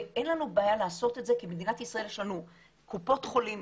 ואין לנו בעיה לעשות את זה כי במדינת ישראל יש לנו קופות חולים,